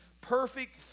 perfect